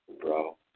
bro